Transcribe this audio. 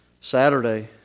Saturday